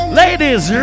ladies